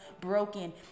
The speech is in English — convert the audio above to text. broken